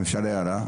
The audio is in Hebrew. אם אפשר הערה.